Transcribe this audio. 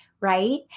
Right